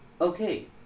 Okay